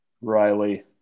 Riley